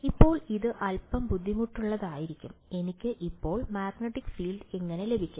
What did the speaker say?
ഇപ്പോൾ ഇത് അൽപ്പം ബുദ്ധിമുട്ടുള്ളതായിരിക്കും എനിക്ക് ഇപ്പോൾ മാഗ്നെറ്റിക് ഫീൽഡ് എങ്ങനെ ലഭിക്കും